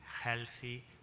healthy